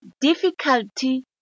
Difficulty